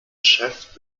chef